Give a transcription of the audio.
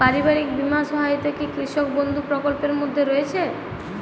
পারিবারিক বীমা সহায়তা কি কৃষক বন্ধু প্রকল্পের মধ্যে রয়েছে?